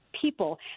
people